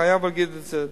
אני חייב להגיד את זה.